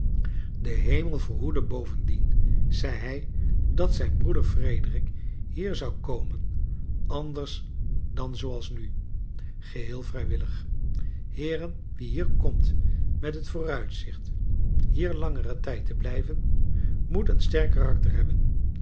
de hemel verhoede bovendien zei hij dat zijn broeder frederick hier zou komen anders dan zooals nu geheel vrijwillig heeren wie hier komt met het vooruitzicht hier langeren tijd te blijven moet een stork karakter he